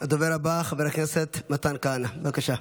הדובר הבא, חבר הכנסת מתן כהנא, בבקשה.